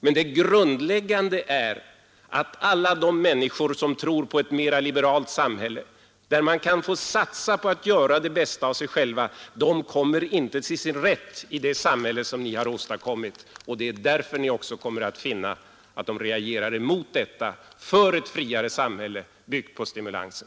Men det grundläggande är att alla de människor som tror på ett mer liberalt samhälle, där man kan få satsa på att göra det bästa av sig själv, inte kommer till sin rätt i det samhälle som ni har åstadkommit. Det är därför ni också kommer att finna att de reagerar mot detta för ett friare samhälle, byggt på stimulanser.